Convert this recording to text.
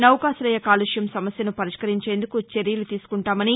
నౌకాశయ కాలుష్యం సమస్యను పరిష్కరించేందుకు చర్యలు తీసుకుంటామని